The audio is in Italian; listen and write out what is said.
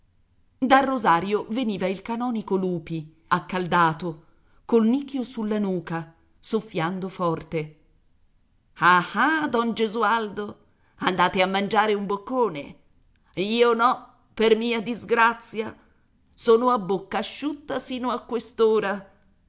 dal rosario veniva il canonico lupi accaldato col nicchio sulla nuca soffiando forte ah ah don gesualdo andate a mangiare un boccone io no per mia disgrazia sono a bocca asciutta sino a